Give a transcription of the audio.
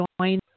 join